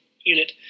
unit